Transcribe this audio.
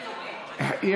יש.